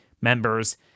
members